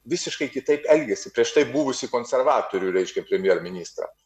visiškai kitaip elgėsi prieš tai buvusį konservatorių reiškia premjer ministrams